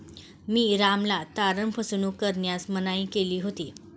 मी रामला तारण फसवणूक करण्यास मनाई केली होती